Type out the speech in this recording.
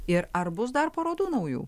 ir ar bus dar parodų naujų